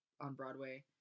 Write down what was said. on-Broadway